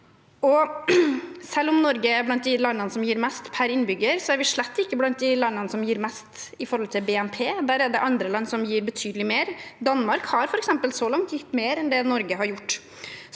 Selv om Norge er blant de landene som gir mest per innbygger, er vi slett ikke blant de landene som gir mest i forhold til BNP. Der er det andre land som gir betydelig mer. Danmark har f.eks. så langt gitt mer enn det Norge har gjort.